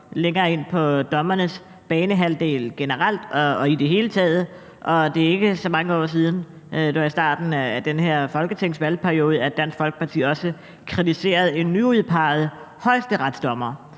længere ind på dommernes banehalvdel generelt og i det hele taget. Det er ikke så mange år siden – det var i starten af den her folketingsvalgperiode – at Dansk Folkeparti også kritiserede en nyudpeget højesteretsdommer,